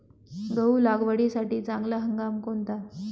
गहू लागवडीसाठी चांगला हंगाम कोणता?